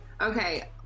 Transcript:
Okay